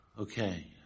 Okay